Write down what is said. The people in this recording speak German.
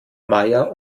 maja